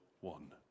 One